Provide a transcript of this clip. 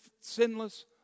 sinless